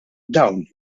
dawn